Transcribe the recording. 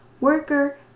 worker